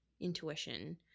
intuition